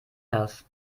das